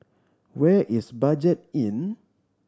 where is Budget Inn